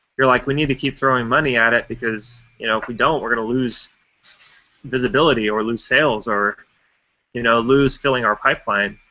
you're like, we need to keep throwing money at it, because you know if we don't we're going to lose visibility, or lose sales, or you know lose filling our pipeline.